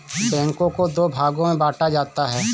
बैंकों को दो भागों मे बांटा जाता है